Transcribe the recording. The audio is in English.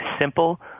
simple